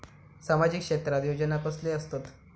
सामाजिक क्षेत्रात योजना कसले असतत?